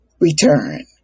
Return